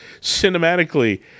cinematically